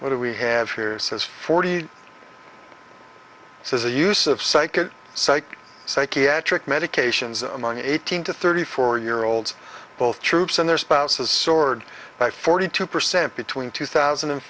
what we have here says forty this is a use of psycho psych psychiatric medications among eighteen to thirty four year olds both troops and their spouses soared by forty two percent between two thousand and